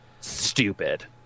stupid